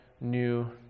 new